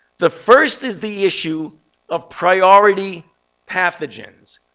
the first is the issue of priority pathogens.